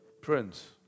Prince